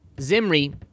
Zimri